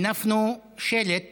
הנפנו שלט